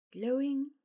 Glowing